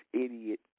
idiot